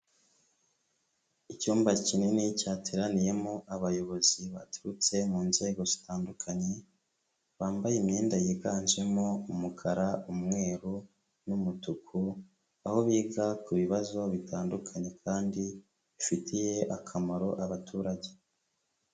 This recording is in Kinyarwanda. Icyumba kinini cyateraniyemo abayobozi baturutse mu nzego zitandukanye, bambaye imyenda yiganjemo; umukara, umweru n'umutuku, aho biga ku bibazo bitandukanye kandi bifitiye akamaro abaturage.